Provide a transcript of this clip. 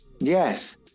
Yes